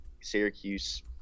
Syracuse